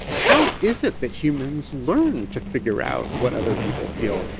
how is it that humans learn to figure out what other people feel?